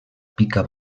pica